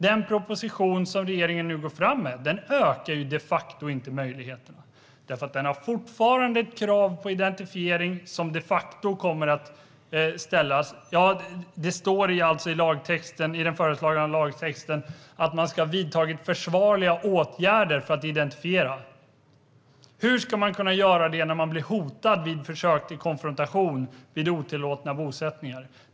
Den proposition som regeringen nu går fram med ökar inte möjligheterna. Den innebär nämligen fortfarande krav på identifiering. Det står alltså i den föreslagna lagtexten att man ska ha vidtagit försvarliga åtgärder för att identifiera. Hur ska man kunna göra det när man blir hotad vid försök till konfrontation vid otillåtna bosättningar?